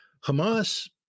Hamas